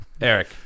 Eric